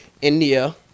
India